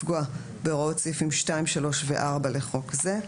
לפגוע בהוראות סעיפים 2,3 ו-4 לחוק זה.